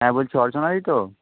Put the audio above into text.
হ্যাঁ বলছি অর্চনাদি তো